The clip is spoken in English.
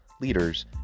leaders